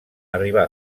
arribar